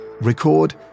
record